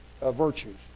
virtues